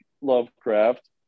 Lovecraft